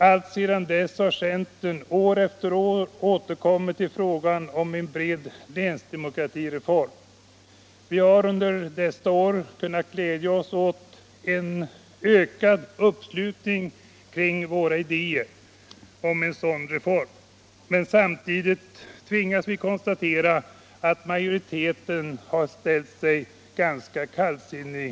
Alltsedan dess har centern år efter år återkommit till frågan om en bred länsdemokratireform. Vi har under dessa år kunnat glädja oss åt en ökande uppslutning kring våra idéer om en sådan reform, men har samtidigt tvingats konstatera att majoriteten ställt sig kallsinnig.